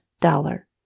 dollar